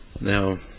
Now